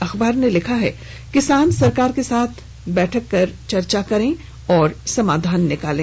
अखबार ने लिखा है किसान सरकार के साथ बैठकर चर्चा करे और समाधान निकाले